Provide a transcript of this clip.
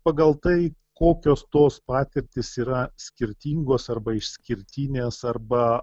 pagal tai kokios tos patirtys yra skirtingos arba išskirtinės arba